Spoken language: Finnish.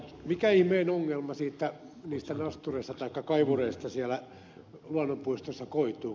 mikä ihmeen ongelma niistä nostureista taikka kaivureista siellä luonnonpuistossa koituu